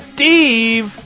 Steve